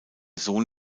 sohn